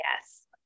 Yes